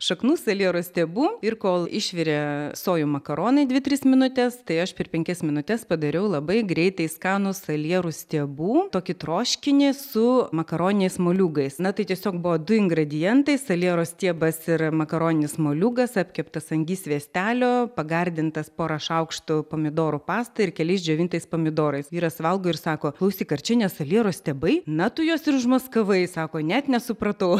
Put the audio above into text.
šaknų saliero stiebų ir kol išvirė sojų makaronai dvi tris minutes tai aš per penkias minutes padariau labai greitai skanų salierų stiebų tokį troškinį su makaroniniais moliūgais na tai tiesiog buvo du ingredientai saliero stiebas ir makaroninis moliūgas apkeptas ant gi sviestelio pagardintas porą šaukštų pomidorų pasta ir keliais džiovintais pomidorais vyras valgo ir sako klausyk ar čia ne saliero stiebai na tu juos ir užmaskavai sako net nesupratau